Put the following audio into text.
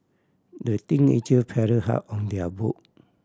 the teenager paddled hard on their boat